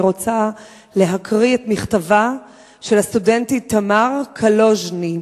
אני רוצה להקריא את מכתבה של הסטודנטית תמר קלוזיני: